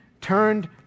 turned